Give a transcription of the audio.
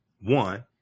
One